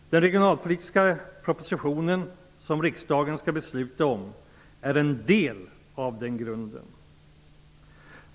Den regionalpolitiska proposition som riksdagen skall besluta om är en del av den grunden.